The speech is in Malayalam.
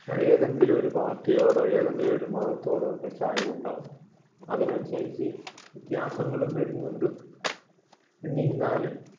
ഏതെങ്കിലുമൊരു പാർട്ടിയോടോ ഏതെങ്കിലുമൊരു മതത്തോടോ ഒക്കെ ചായ്വുണ്ടാവും അതിനനുസരിച്ച് വ്യത്യാസങ്ങളും വരുന്നുണ്ട് എന്നിരുന്നാലും